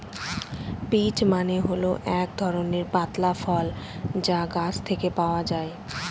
peach মানে হল এক ধরনের পাতলা ফল যা গাছ থেকে পাওয়া যায়